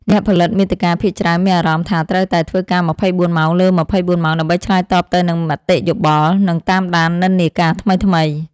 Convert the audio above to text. អ្នកផលិតមាតិកាភាគច្រើនមានអារម្មណ៍ថាត្រូវតែធ្វើការ ២៤ ម៉ោងលើ ២៤ ម៉ោង ដើម្បីឆ្លើយតបទៅនឹងមតិយោបល់ និងតាមដាននិន្នាការថ្មីៗ។